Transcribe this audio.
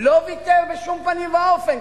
לא ויתר בשום פנים ואופן,